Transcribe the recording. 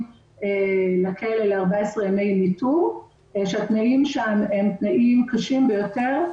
לכלא ל-14 ימי ניטור ועל כך שהתנאים שם קשים ביותר,